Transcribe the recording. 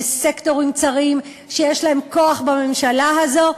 לסקטורים צרים שיש להם כוח בממשלה הזאת,